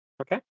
Okay